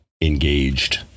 engaged